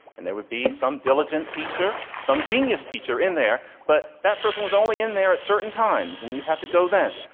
and there would be some diligent teacher some genius teacher in there but that person was only in there at certain times and you had to go then,